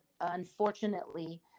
unfortunately